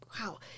wow